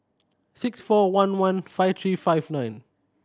six four one one five three five nine